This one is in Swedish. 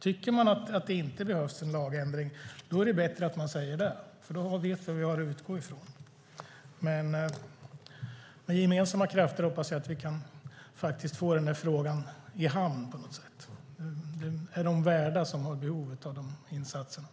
Tycker man inte att det behövs en lagändring är det bättre att man säger det, för då vet vi vad vi har att utgå ifrån. Med gemensamma krafter hoppas jag att vi kan få frågan i hamn på något sätt. Det är de som har behov av dessa insatser värda.